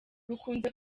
dukunze